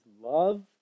loved